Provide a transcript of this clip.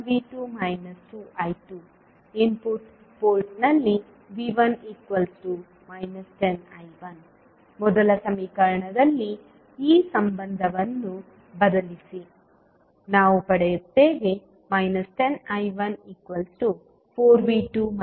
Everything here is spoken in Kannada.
1V2 2I2 ಇನ್ಪುಟ್ ಪೋರ್ಟ್ ನಲ್ಲಿV1 10I1 ಮೊದಲ ಸಮೀಕರಣದಲ್ಲಿ ಈ ಸಂಬಂಧವನ್ನು ಬದಲಿಸಿ ನಾವು ಪಡೆಯುತ್ತೇವೆ 10I14V2 20I2I1 0